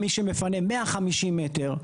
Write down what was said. מי שמפנה 150 מ"ר,